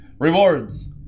Rewards